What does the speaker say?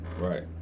right